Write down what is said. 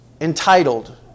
entitled